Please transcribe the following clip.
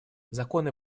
законы